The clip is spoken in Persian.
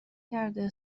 کرده